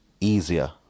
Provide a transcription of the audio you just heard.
easier